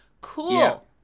cool